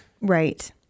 Right